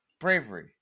Bravery